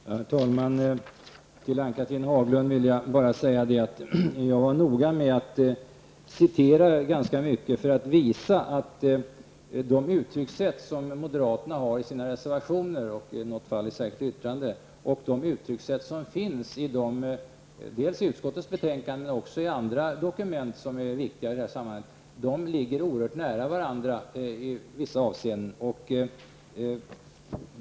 Herr talman! Till Ann-Cathrine Haglund vill jag säga att jag citerade ganska mycket därför att jag ville visa att de formuleringar som moderaterna har i sina reservationer och i ett särkskilt yttrande och formuleringarna dels i utskottsbetänkandet, dels i andra dokument som är viktiga i det här sammanhanget ligger oerhört nära varandra i vissa avseenden.